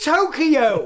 Tokyo